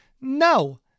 No